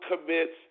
commits